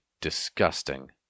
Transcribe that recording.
disgusting